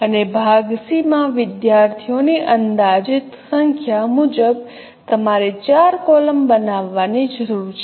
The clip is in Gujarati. અને ભાગ સી માં વિદ્યાર્થીઓની અંદાજિત સંખ્યા મુજબ તમારે 4 કૉલમ બનાવવાની જરૂર છે